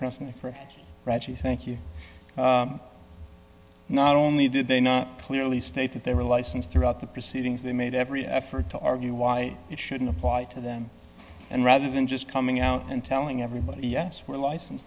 president thank you not only did they not clearly state that they were licensed throughout the proceedings they made every effort to argue why it shouldn't apply to them and rather than just coming out and telling everybody yes we're license